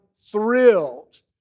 thrilled